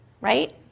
right